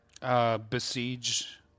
Besiege